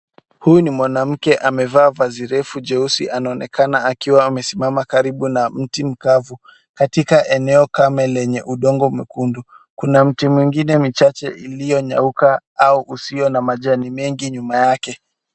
Huyu ni mwanamke amevaa vazi refu jeusi anaonekana akiwa amesimama karibu na mti mkavu katika eneo kame lenye udongo mwekundu. Kuna mti mwingine michache iliyonyauka au usio na majani mengi nyuma yake.